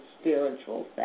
spiritual